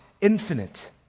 infinite